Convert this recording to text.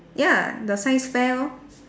ya the science fair lor